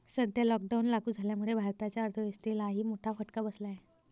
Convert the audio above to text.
सध्या लॉकडाऊन लागू झाल्यामुळे भारताच्या अर्थव्यवस्थेलाही मोठा फटका बसला आहे